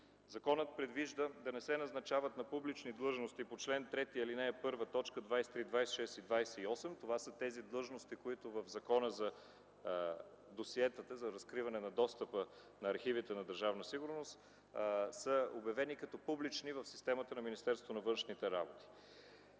Законът предвижда да не се назначават на публични длъжности по чл. 3, ал. 1, т. 23, 26 и 28 – това са тези длъжности, които в Закона за досиетата, за разкриване на достъпа до архивите на Държавна сигурност са обявени като публични в системата на Министерството на външните работи.